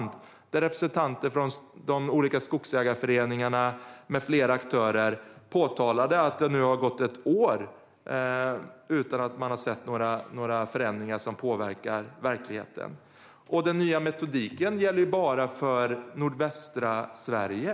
I det påtalade representanter för de olika skogsägarföreningarna och andra aktörer att det nu har gått ett år utan att de har kunnat se några förändringar som påverkar verkligheten. Den nya metodiken gäller bara för nordvästra Sverige.